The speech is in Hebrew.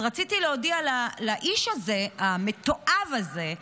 אז רציתי להודיע לאיש הזה, המתועב הזה,